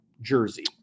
jersey